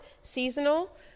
seasonal